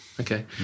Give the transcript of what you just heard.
Okay